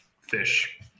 fish